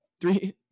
Three